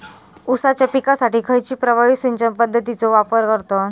ऊसाच्या पिकासाठी खैयची प्रभावी सिंचन पद्धताचो वापर करतत?